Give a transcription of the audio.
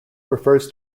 refers